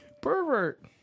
Pervert